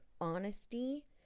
honesty